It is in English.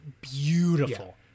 beautiful